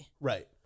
Right